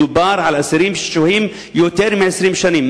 מדובר על אסירים ששוהים יותר מ-20 שנים,